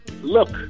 look